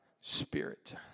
spirit